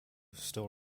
still